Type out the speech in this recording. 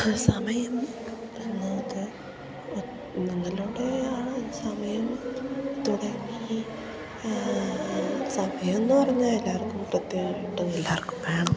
സമയം എന്നത് നിങ്ങളുടെ ആ സമയം തുടെ ഈ സമയമെന്നു പറഞ്ഞാൽ എല്ലാവർക്കും പ്രത്യേകമായിട്ടും എല്ലാവർക്കും വേണം